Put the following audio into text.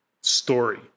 story